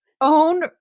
own